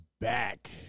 back